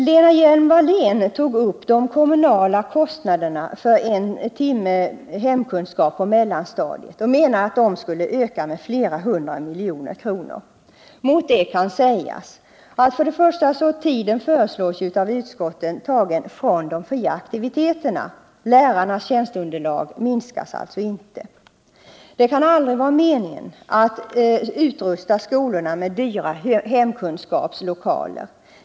Lena Hjelm-Wallén tog upp de kommunala kostnaderna för en timme hemkunskap på mellanstadiet och menade att de skulle öka med flera hundra miljoner kronor. Mot det kan sägas att av utskottet föreslås tiden tas från de fria aktiviteterna. Lärarnas tjänsteunderlag minskas alltså inte. Det kan aldrig vara meningen att utrusta skolorna med dyra hemkunskapslokaler.